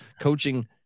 coaching